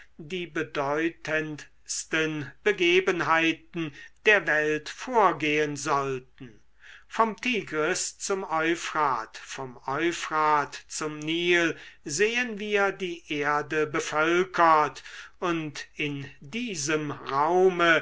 die bedeutendsten begebenheiten der welt vorgehen sollten vom tigris zum euphrat vom euphrat zum nil sehen wir die erde bevölkert und in diesem raume